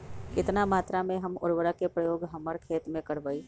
कितना मात्रा में हम उर्वरक के उपयोग हमर खेत में करबई?